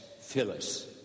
Phyllis